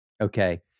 Okay